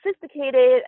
sophisticated